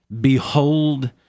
Behold